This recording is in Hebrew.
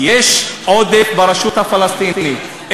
יש עודף ברשות הפלסטינית,